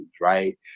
right